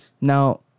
Now